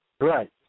Right